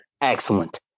Excellent